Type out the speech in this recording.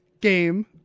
game